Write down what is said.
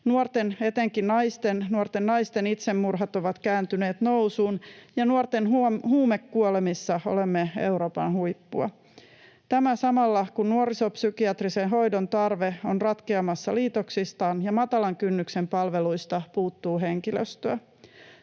Nuorten, etenkin nuorten naisten, itsemurhat ovat kääntyneet nousuun, ja nuorten huumekuolemissa olemme Euroopan huippua — tämä samalla kun nuorisopsykiatrisen hoidon tarve on ratkeamassa liitoksistaan ja matalan kynnyksen palveluista puuttuu henkilöstöä.